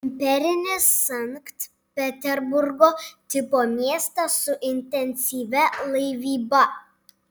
imperinis sankt peterburgo tipo miestas su intensyvia laivyba